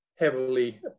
Heavily